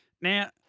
Now